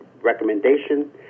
recommendation